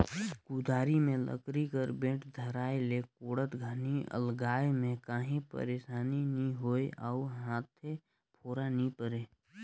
कुदारी मे लकरी कर बेठ धराए ले कोड़त घनी अलगाए मे काही पइरसानी नी होए अउ हाथे फोरा नी परे